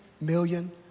million